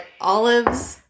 olives